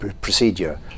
procedure